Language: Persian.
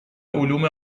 علوم